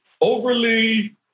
overly